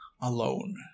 alone